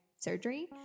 surgery